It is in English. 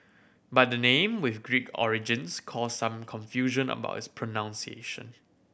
but the name with Greek origins caused some confusion about its pronunciation